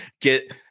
get